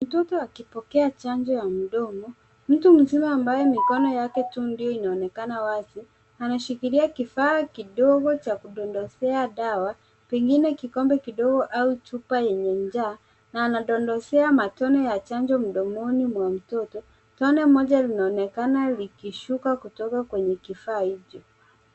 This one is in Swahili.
Mtoto akipokea chanjo ya mdomo. Mtu mzima ambaye mikono yake tu ndiyo inaonekana wazi ameshikilia kifaa kidogo cha kudondosea dawa, pengine kikombe kidogo au chupa yenye ncha na anadondosea matone ya chanjo mdomoni mwa mtoto. Tone moja linaonekana likishuka kutoka kwenye kifaa hicho.